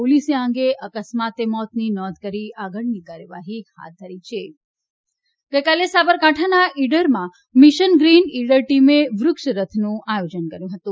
પોલીસે આ અંગે અકસ્માતે મોતની નોંધ કરીને આગળની કાર્યવાહી હાથ ધરી છે મિશન ગ્રીન ઈડર ગઇકાલે સાંબરકાંઠાના ઇડરમાં મિશનગ્રીન ઇડર ટીમે વક્ષરથનું આયોજન કર્યુ હતુ